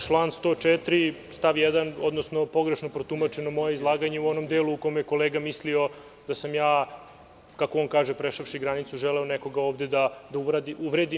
Član 104. stav 1. pogrešno protumačeno moje izlaganje u onom delu u kojem je kolega mislio da sam ja, kako on kaže, prešavši granicu, želeo nekoga ovde da uvredim.